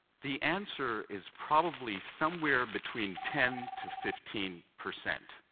the answer is probably somewhere between ten to fifteen percent.